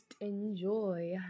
enjoy